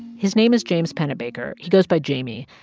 his name is james pennebaker. he goes by jamie,